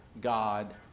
God